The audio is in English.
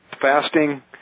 fasting